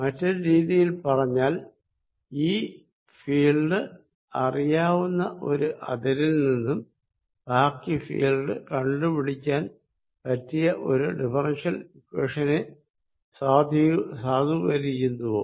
മറ്റൊരു രീതിയിൽ പറഞ്ഞാൽ E ഫീൽഡ് അറിയാവുന്ന ഒരു അതിരിൽ നിന്നും ബാക്കി ഫീൽഡ് കണ്ടു പിടിക്കാൻ പറ്റിയ ഒരു ഡിഫെറെൻഷ്യൽ ഇക്വേഷനെ സാധൂകരിക്കുന്നുവോ